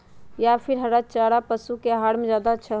या फिर हरा चारा पशु के आहार में ज्यादा अच्छा होई?